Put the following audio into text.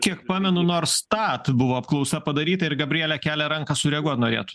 kiek pamenu norstat buvo apklausa padaryta ir gabrielė kelia ranką sureaguot norėtų